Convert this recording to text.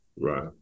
Right